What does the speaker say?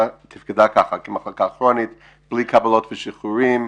תפקדה ככה כמחלקה כרונית בלי קבלות ושחרורים,